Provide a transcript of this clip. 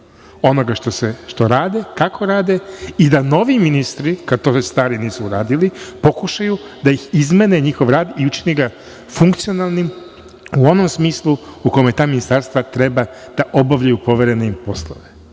onoga što rade, kako rade, i da novi ministri, kad to već stari nisu uradili, pokušaju da izmene njihov rad i učine ga funkcionalnim u onom smislu u kome ta ministarstva treba da obavljaju poverene im poslove. Vi